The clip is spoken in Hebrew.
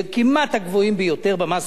כמעט הגבוהים ביותר במס העקיף,